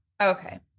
Okay